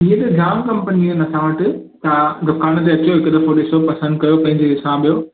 ईअं त जाम कम्पनियूं आहिनि असां वटि तव्हां दुकान ते अचो हिकु दफ़ो ॾिसो पसंदि कयो पंहिंजे हिसाब जो